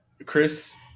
Chris